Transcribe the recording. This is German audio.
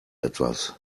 etwas